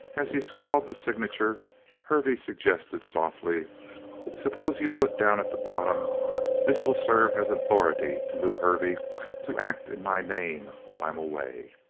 as he scrawled the signature hervey suggested softly suppose you put down at the bottom this will serve as authority to lew hervey to act in my name while i'm away